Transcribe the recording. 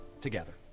together